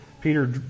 Peter